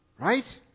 Right